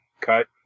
cut